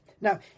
Now